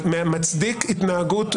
מצדיק התנהגות,